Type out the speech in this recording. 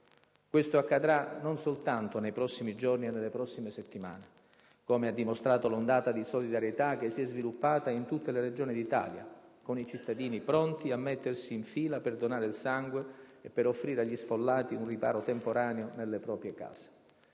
Questo accadrà non soltanto nei prossimi giorni e nelle prossime settimane, come ha dimostrato l'ondata di solidarietà che si è sviluppata in tutte le Regioni d'Italia, con i cittadini pronti a mettersi in fila per donare il sangue o per offrire agli sfollati un riparo temporaneo nelle proprie case.